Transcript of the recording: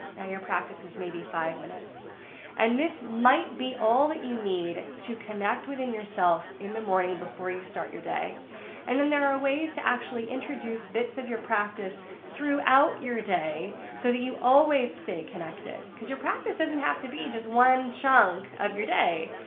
now your practice is maybe five minutes and this might be all that you need to connect within yourself in the morning before you start your day and then there are ways to actually introduce bits of your practice throughout your day so that you always stay connected because your practice doesn't have to be just one chunk of your day,